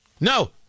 No